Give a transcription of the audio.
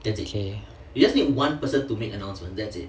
okay